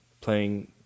playing